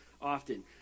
often